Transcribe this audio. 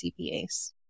CPAs